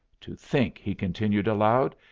to think, he continued, aloud,